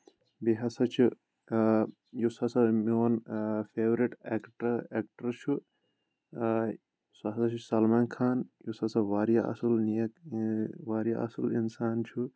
بیٚیہِ ہَسا چھُ یُس ہَسا میون فیورِٹ ایٚکٹر ایٚکٹر چھُ سُہ ہَسا چھُ سلمان خان یُس ہَسا واریاہ اَصٕل نیک واریاہ اَصٕل اِنسان چھُ